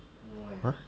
!huh!